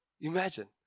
Imagine